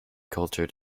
culture